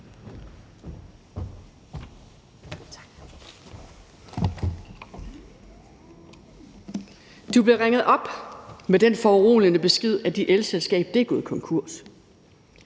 Du bliver ringet op med den foruroligende besked, at dit elselskab er gået konkurs.